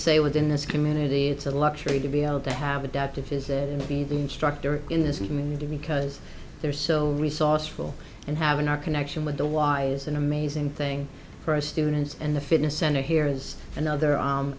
say within this community it's a luxury to be able to have a dad to physically be the instructor in this community because they're so resourceful and having our connection with the y is an amazing thing for our students and the fitness center here is another